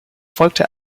folgte